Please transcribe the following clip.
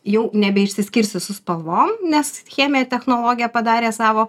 jau nebeišsiskirsi su spalvom nes cheminė technologija padarė savo